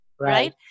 right